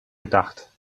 gedacht